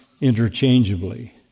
interchangeably